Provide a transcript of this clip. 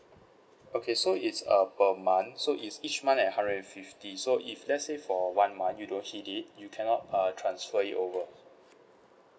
okay so it's a per month so if each month at hundred and fifty so if let's say for one month you don't hit it you cannot err transfer it over